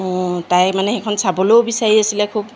অঁ তাই মানে সেইখন চাবলৈও বিচাৰি আছিলে খুব